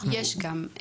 יש גם.